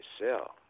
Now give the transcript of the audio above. sell